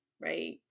right